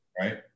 Right